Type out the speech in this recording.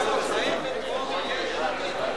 גם בקריאה טרומית?